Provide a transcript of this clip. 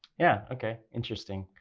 yeah, okay, interesting.